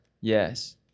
yes